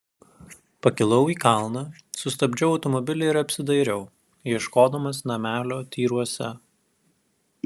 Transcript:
pakilau į kalną sustabdžiau automobilį ir apsidairiau ieškodamas namelio tyruose